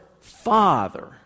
Father